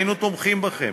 היינו תומכים בכם.